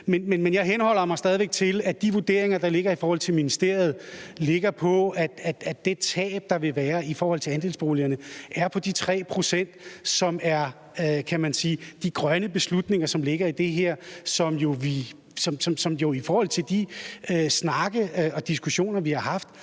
Men jeg henholder mig stadig væk til, at de vurderinger, der ligger i forhold til ministeriet, ligger på, at det tab, der vil være i forhold til andelsboliger, er på de 3 pct., som er, kan man sige, de grønne beslutninger, som ligger i det her, og som der jo i forhold til de snakke og diskussioner, vi har haft,